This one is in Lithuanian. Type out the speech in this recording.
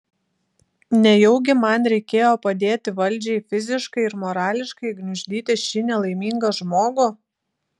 nejaugi man reikėjo padėti valdžiai fiziškai ir morališkai gniuždyti šį nelaimingą žmogų